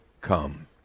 come